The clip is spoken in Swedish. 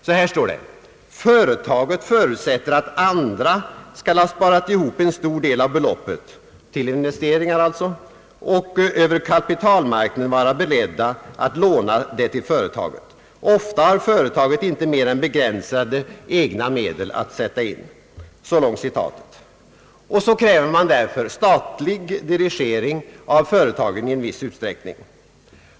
Så här står det: »Företaget förutsätter att andra skall ha sparat ihop en stor del av beloppet» — till investeringar alltså — »och över kapitalmarknaden vara beredda att låna det till företaget. Ofta har företaget inte mer än begränsade egna medel att sätta in.» Därför kräver man statlig dirigering av företagen i viss utsträckning.